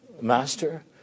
Master